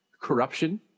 corruption